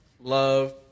love